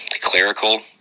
clerical